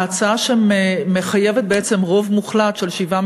ההצעה שמחייבת בעצם רוב מוחלט של שבעה